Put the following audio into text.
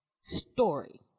story